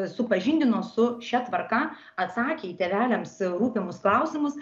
supažindino su šia tvarka atsakė į tėveliams rūpimus klausimus